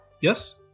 Yes